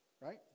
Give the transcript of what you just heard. right